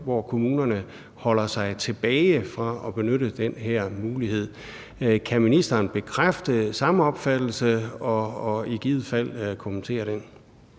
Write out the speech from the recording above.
hvor kommunerne holder sig tilbage med at benytte den her mulighed. Kan ministeren bekræfte den samme opfattelse og i givet fald kommentere den?